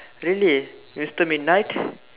really mister midnight